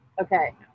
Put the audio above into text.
Okay